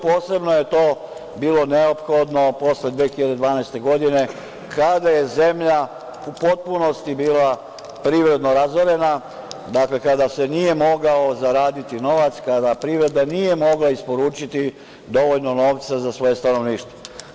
Posebno je to bilo neophodno posle 2012. godine, kada je zemlja u potpunosti bila privredno razorena, kada se nije mogao zaraditi novac, kada privreda nije mogla isporučiti dovoljno novca za svoje stanovništvo.